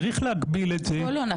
צריך להגביל את זה -- איתן, בוא לא נכפיש.